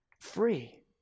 free